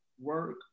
work